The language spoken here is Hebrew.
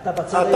אתה בצד הימני?